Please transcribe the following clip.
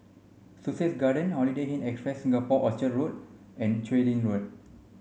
Sussex Garden Holiday Inn Express Singapore Orchard Road and Chu Lin Road